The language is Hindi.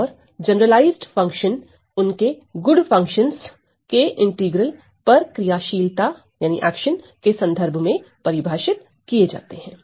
और जनरलाइज्ड फंक्शन उनके गुड फंक्शनस के इंटीग्रल पर क्रियाशीलता के संदर्भ में परिभाषित किए जाते हैं